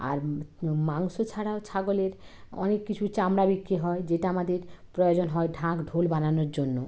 আর মাংস ছাড়াও ছাগলের অনেক কিছু চামড়া বিক্রি হয় যেটা আমাদের প্রয়োজন হয় ঢাক ঢোল বানানোর জন্য